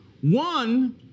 One